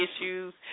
issues